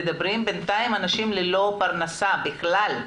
ומדברים עם משרדי הממשלה ובינתיים אנשים ללא פרנסה בכלל.